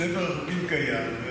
ספר החוקים קיים,